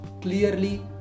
clearly